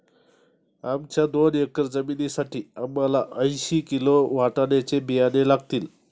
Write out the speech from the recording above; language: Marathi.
आमच्या दोन एकर जमिनीसाठी आम्हाला ऐंशी किलो वाटाण्याचे बियाणे लागतील